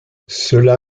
cela